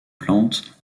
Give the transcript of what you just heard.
plante